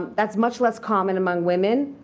that's much less common among women.